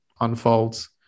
unfolds